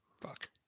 Fuck